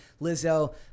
Lizzo